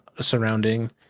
surrounding